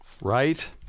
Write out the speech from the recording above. right